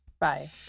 Bye